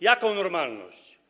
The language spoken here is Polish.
Jaką normalność?